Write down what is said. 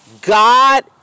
God